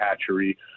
hatchery